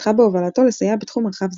התפתחה בהובלתו לסייע בתחום רחב זה.